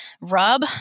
rub